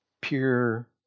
pure